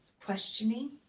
questioning